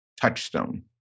touchstone